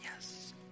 yes